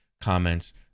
comments